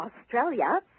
Australia